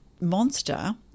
monster